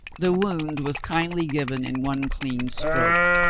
the wound was kindly given in one clean stroke.